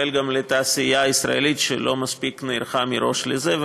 גם לתעשייה הישראלית שלא מספיק נערכה מראש לזה.